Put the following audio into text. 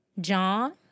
John